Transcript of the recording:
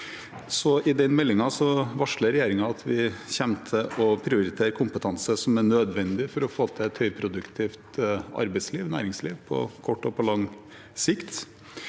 I denne meldingen varsler regjeringen at vi kommer til å prioritere kompetanse som er nødvendig for å få til et høyproduktivt arbeids- og næringsliv på kort og på lang sikt,